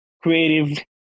creative